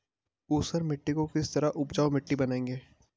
ऊसर मिट्टी को किस तरह उपजाऊ मिट्टी बनाएंगे?